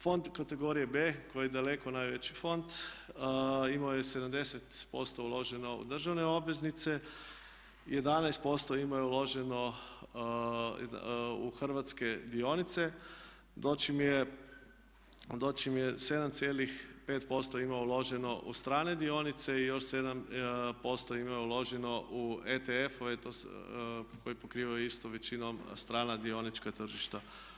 Fond kategorije B koji je daleko najveći fond imao je 70% uloženo u državne obveznice, 11% imao je uloženo u hrvatske dionice dočim je 7,5% imao uloženo u strane dionice i još 7% je imao uloženo u ETF koji pokrivaju isto većinom strana dionička tržišta.